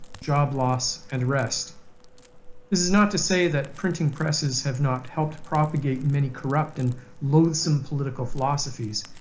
job loss, and rest. this is not to say that printing presses have not helped propagate many corrupt and loathsome political philosophies.